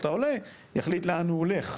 העולה יחליט לאן הוא הולך,